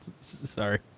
Sorry